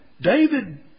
David